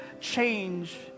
change